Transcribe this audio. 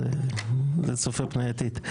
אז זה צופה פני עתיד,